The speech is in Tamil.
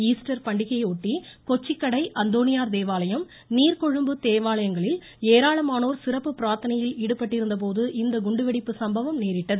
ஈஸ்டர் பண்டிகையையொட்டி கொச்சிக்கடை அந்தோணியார் தேவாலயம் நீர்க்கொழும்பு தேவாலயங்களில் ஏராளமானோர் சிறப்பு பிரார்த்தணையில் ஈடுபட்டிருந்தபோது இந்த குண்டு வெடிப்பு சம்பவம் நேரிட்டது